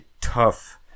tough